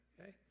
Okay